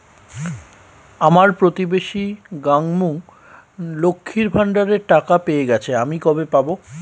আমার প্রতিবেশী গাঙ্মু, লক্ষ্মীর ভান্ডারের টাকা পেয়ে গেছে, আমি কবে পাব?